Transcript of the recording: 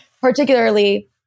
particularly